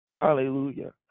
Hallelujah